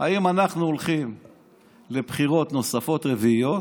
אם אנחנו הולכים לבחירות נוספות רביעיות,